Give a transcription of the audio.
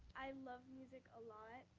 i love music a lot,